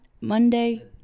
Monday